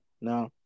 No